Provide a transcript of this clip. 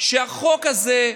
שהחוק הזה,